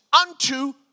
unto